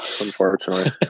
unfortunately